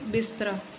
ਬਿਸਤਰਾ